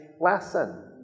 lesson